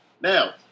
Now